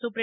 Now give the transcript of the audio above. સુપ્રિ